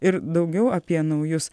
ir daugiau apie naujus